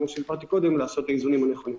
כמו שאמרתי קודם לעשות את האיזונים הנכונים.